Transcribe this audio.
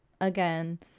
again